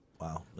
Wow